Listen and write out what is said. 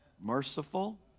merciful